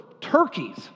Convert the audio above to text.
turkeys